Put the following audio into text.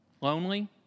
Lonely